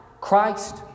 Christ